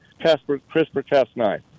CRISPR-Cas9